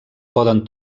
poden